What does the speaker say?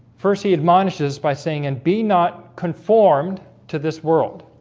first he admonishes by saying and be not conformed to this world